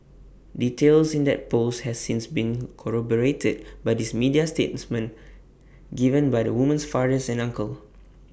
details in that post has since been corroborated by these media statements given by the woman's father and uncle